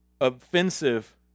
offensive